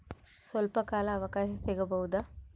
ಸ್ವಲ್ಪ ಕಾಲ ಅವಕಾಶ ಸಿಗಬಹುದಾ?